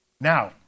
Now